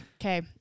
Okay